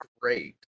great